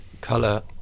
color